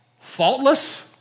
faultless